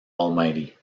almighty